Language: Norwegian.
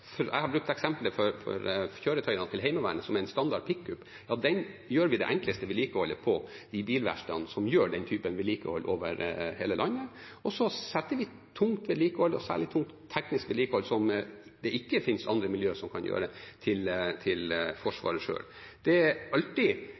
en standard pickup: Den gjør vi det enkleste vedlikeholdet på i bilverkstedene som gjør den typen vedlikehold over hele landet. Så setter vi tungt vedlikehold, og særlig tungt teknisk vedlikehold, som det ikke finnes andre miljøer som kan gjøre, til